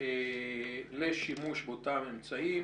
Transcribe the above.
לשימוש באותם אמצעים.